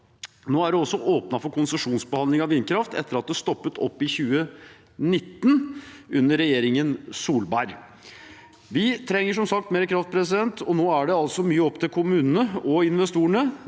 Nå er det også åpnet for konsesjonsbehandling av vindkraft, etter at det stoppet opp i 2019 under regjeringen Solberg. Vi trenger som sagt mer kraft, og nå er det mye opp til kommunene og investorene.